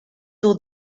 saw